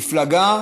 מפלגה